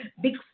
Big